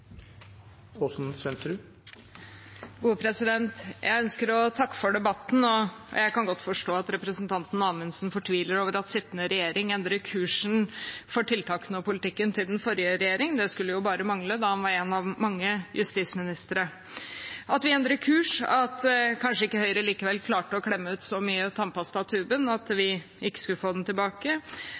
Jeg ønsker å takke for debatten. Jeg kan godt forstå at representanten Amundsen fortviler over at sittende regjering endrer kursen på tiltakene og politikken til den forrige regjeringen, det skulle jo bare mangle, siden han var en av mange justisministere. At vi endrer kurs, at kanskje Høyre likevel ikke klarte å klemme ut så mye av tannpastatuben at vi ikke skulle få den tilbake,